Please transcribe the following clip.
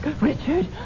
Richard